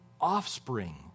offspring